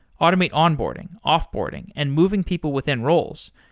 automate onboarding, off-boarding and moving people within roles.